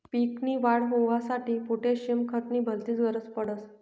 पीक नी वाढ होवांसाठी पोटॅशियम खत नी भलतीच गरज पडस